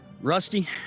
Rusty